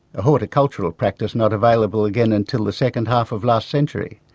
a horticultural practice not available again until the second half of last century.